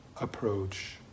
approach